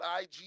IG